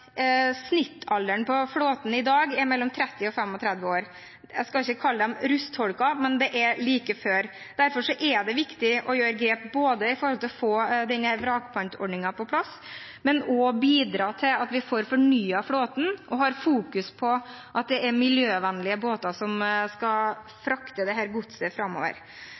snittalderen på flåten i dag er mellom 30 og 35 år. Jeg skal ikke kalle dem rustholker, men det er like før. Derfor er det viktig å gjøre grep både for å få denne vrakpantordningen på plass og for å bidra til at vi får fornyet flåten, og at vi har fokus på at det er miljøvennlige båter som skal frakte dette godset framover.